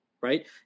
right